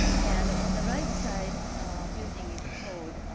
and on the right side building is called